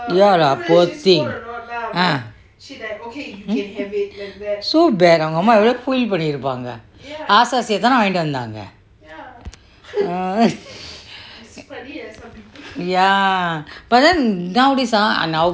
ya lah poor thing ah so bad அவுங்க அம்மா எவ்ளோ:avungga amma evlo feel பண்ணிருப்பாங்க ஆசை ஆசையா தான வாங்கிகிட்டு வந்தாங்க:pannirupaanga aasai aasaiyaa thaana vanggittu vanthanga mm ya but then nowadays ah now